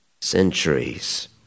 centuries